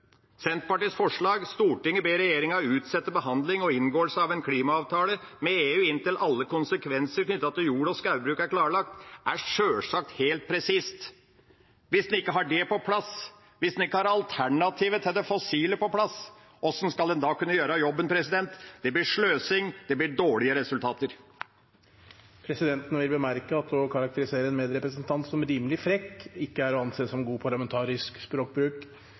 Senterpartiets forslag «Stortinget ber regjeringen utsette behandling og inngåelse av en klimaavtale med EU inntil alle konsekvenser knyttet til norsk skog- og jordbruk er klarlagt» er sjølsagt helt presist. Hvis vi ikke har det på plass, hvis en ikke har alternativet til det fossile på plass, hvordan skal en da kunne gjøre jobben? Det blir sløsing, det blir dårlige resultater. Presidenten vil bemerke at å karakterisere en medrepresentant som rimelig frekk ikke er å anse som god parlamentarisk språkbruk.